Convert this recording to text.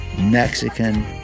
Mexican